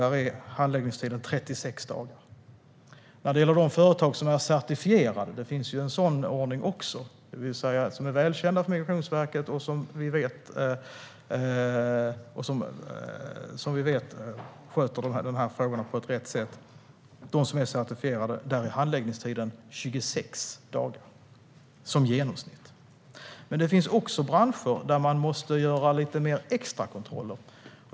Där är handläggningstiden 36 dagar. När det gäller de företag som är certifierade - det finns ju en sådan ordning också - det vill säga som är välkända för Migrationsverket och som vi vet sköter de här frågorna på rätt sätt är handläggningstiden i genomsnitt 26 dagar. Men det finns också branscher där man måste göra lite mer extrakontroller.